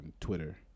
Twitter